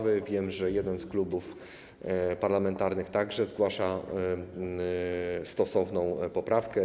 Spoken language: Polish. Wiem, że jeden z klubów parlamentarnych także zgłasza stosowną poprawkę.